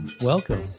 welcome